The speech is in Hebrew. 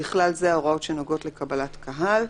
ובכלל זה ההוראות שנוגעות לקבלת קהל.